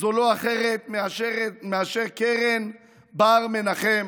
זו לא אחרת מאשר קרן בר-מנחם,